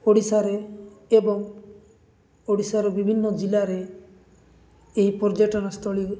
ଓଡ଼ିଶାରେ ଏବଂ ଓଡ଼ିଶାର ବିଭିନ୍ନ ଜିଲ୍ଲାରେ ଏହି ପର୍ଯ୍ୟଟନସ୍ଥଳୀ